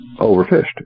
overfished